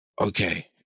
okay